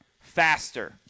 Faster